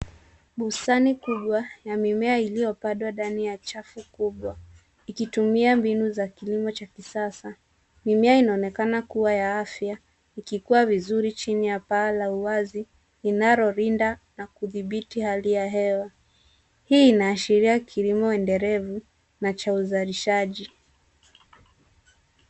Bustani kubwa ya mimea iliyopandwa ndani ya chafu kubwa ikitumia mbinu za kilimo cha kisasa. Mimea inaonekana kuwa ya afya ikikua vizuri chini ya paa la uwazi inayolinda na kudhibiti hali ya hewa. Hii inaashiria kilimo endelevu na cha uzalishaji.